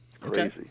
Crazy